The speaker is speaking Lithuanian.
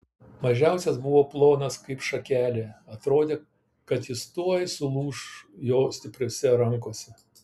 mažiausias buvo plonas kaip šakelė atrodė kad jis tuoj sulūš jo stipriose rankose